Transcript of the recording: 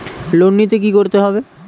Loan নিতে কী করতে হবে?